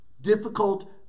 difficult